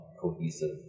cohesive